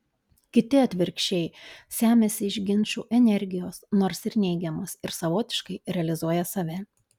kiti atvirkščiai semiasi iš ginčų energijos nors ir neigiamos ir savotiškai realizuoja save